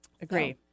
agree